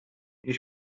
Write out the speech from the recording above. nie